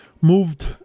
moved